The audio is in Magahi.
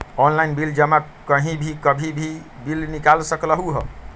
ऑनलाइन बिल जमा कहीं भी कभी भी बिल निकाल सकलहु ह?